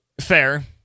Fair